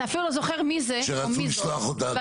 אתה אפילו לא זוכר מי זה או מי זאת ואתה סתם --- שרצו לשלוח אותה,